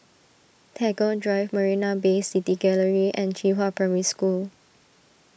Tagore Drive Marina Bay City Gallery and Qihua Primary School